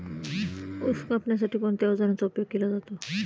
ऊस कापण्यासाठी कोणत्या अवजारांचा उपयोग केला जातो?